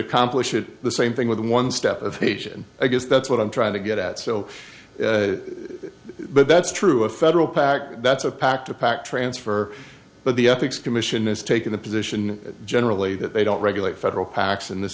accomplish it the same thing with one step of asian i guess that's what i'm trying to get at so but that's true a federal pac that's a pac to pac transfer but the ethics commission is taking the position generally that they don't regulate federal pacs and this